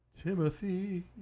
Timothy